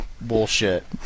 bullshit